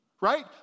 Right